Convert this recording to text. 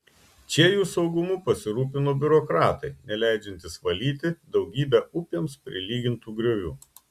čia jų saugumu pasirūpino biurokratai neleidžiantys valyti daugybę upėms prilygintų griovių